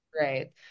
right